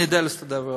אני יודע להסתדר לבד.